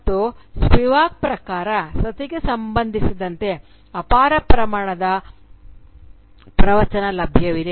ಮತ್ತು ಸ್ಪಿವಾಕ್ ಪ್ರಕಾರ ಸತಿಗೆ ಸಂಬಂಧಿಸಿದಂತೆ ಅಪಾರ ಪ್ರಮಾಣದ ಪ್ರವಚನ ಲಭ್ಯವಿದೆ